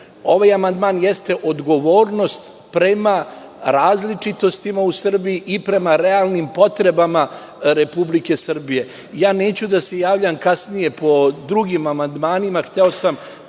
Ovaj amandman jeste odgovornost prema različitostima u Srbiji i prema realnim potrebama Republike Srbije. Neću da se javljam kasnije po drugim amandmanima, ali sam